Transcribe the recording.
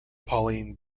pauline